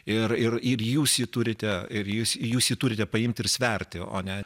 ir ir ir jūs jį turite ir jūs jūs turite paimti ir sverti o ne